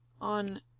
on